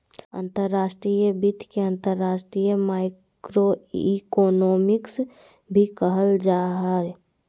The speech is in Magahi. अंतर्राष्ट्रीय वित्त के अंतर्राष्ट्रीय माइक्रोइकोनॉमिक्स भी कहल जा हय